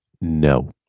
No